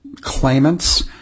claimants